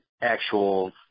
actual